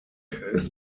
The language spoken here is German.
ist